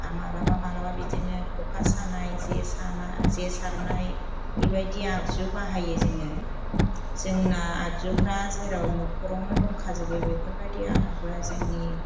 आरो माब्लाबा माब्लाबा बिदिनो ख'खा सानाय जे सानाय जे सारनाय बेबायदि आगजु बाहायो जोङो जों ना आगजुफ्रा जेराव न'खरावनो दंखाजोबो बेफोरबायदि आगजुआ जोंनि